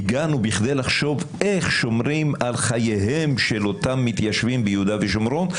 בכדי לחשוב איך שומרים על חייהם של אותם מתיישבים ביהודה ושומרון.